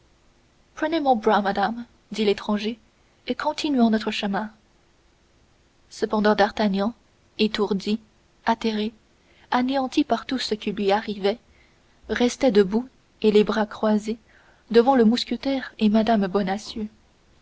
prenez mon bras madame dit l'étranger et continuons notre chemin cependant d'artagnan étourdi atterré anéanti par tout ce qui lui arrivait restait debout et les bras croisés devant le mousquetaire et mme bonacieux